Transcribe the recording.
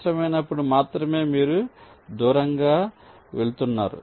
అవసరమైనప్పుడు మాత్రమే మీరు దూరంగా వెళుతున్నారు